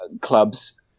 clubs